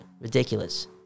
Ridiculous